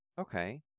Okay